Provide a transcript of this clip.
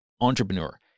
entrepreneur